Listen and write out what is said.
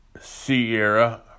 Sierra